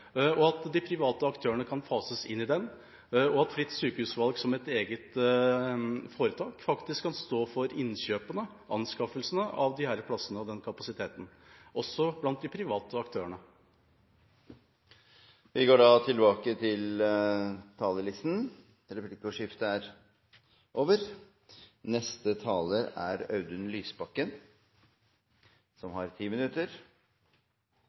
og at de private aktørene kan fases inn i det, og at fritt sykehusvalg som et eget foretak faktisk kan stå for innkjøpene, anskaffelsene, av disse plassene og denne kapasiteten, også blant de private aktørene. Replikkordskiftet er over. Utgangspunktet for denne budsjettdebatten er et rød-grønt forslag til statsbudsjett, som